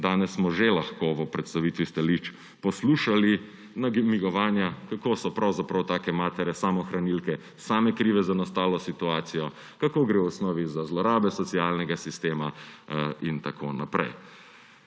danes smo že lahko v predstavitvi stališč poslušali namigovanja, kako so pravzaprav take matere samohranilke same krive za nastalo situacijo, kako gre v osnovi za zlorabe socialnega sistema in tako naprej.